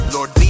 Lord